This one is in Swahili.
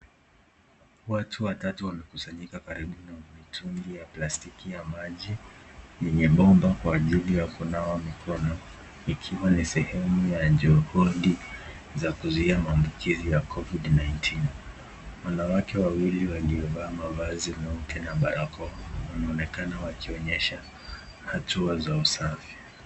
Watu watatu wamekusanyika karibu na mtungi ya plastik ya maji yenye bomba kwa ajili ya kunawa mikono ikiwa ni sehemu ya juhudi za kuzuiya maabukizi ya covid 19 wanawake wawili walio vaa mavazi ya barakoa wanaonekana wakionyesha hatua za usafi.